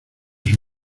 sus